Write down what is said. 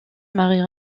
marie